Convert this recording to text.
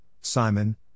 Simon